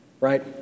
right